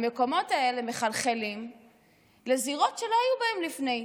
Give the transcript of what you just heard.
המקומות האלה מחלחלים לזירות שהם לא היו בהן לפני כן,